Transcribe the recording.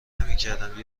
نمیکردم